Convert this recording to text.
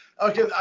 Okay